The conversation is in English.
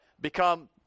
become